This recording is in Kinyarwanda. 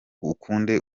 ukunde